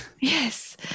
Yes